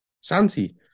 Santi